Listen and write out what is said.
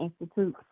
Institute